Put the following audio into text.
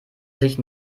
sich